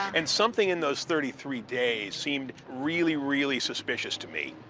and something in those thirty three days seemed really, really suspicious to me.